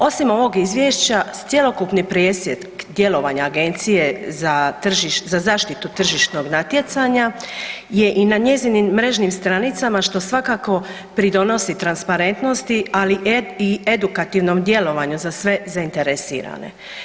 Osim ovog izvješća, cjelokupni presjek djelovanja Agencije za zaštitu tržišnog natjecanja je i na njezinim mrežnim stranicama što svakako pridonosi transparentnosti ali i edukativnom djelovanju za sve zainteresirane.